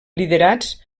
liderats